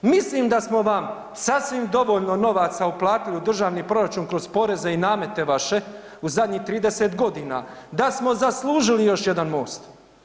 Mislim da smo vam sasvim dovoljno novaca uplatili u državni proračun kroz poreze i namete vaše u zadnjih 30.g., da smo zaslužili još jedan most.